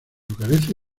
carece